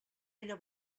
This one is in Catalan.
ella